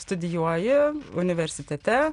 studijuoji universitete